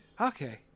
Okay